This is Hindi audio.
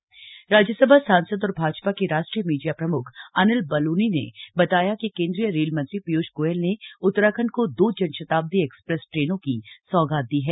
ट्रेनों की सौगात राज्यसभा सांसद और भाजपा के राष्ट्रीय मीडिया प्रम्ख अनिल बलूनी ने बताया कि केंद्रीय रेल मंत्री पीयूष गोयल ने उत्तराखंड को दो जनशताब्दी एक्सप्रेस ट्रेनों की सौगात दी है